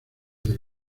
del